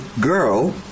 girl